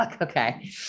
Okay